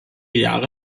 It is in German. jahre